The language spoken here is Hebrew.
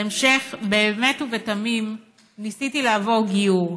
בהמשך, באמת ובתמים ניסיתי לעבור גיור,